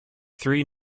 three